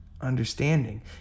understanding